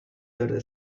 داره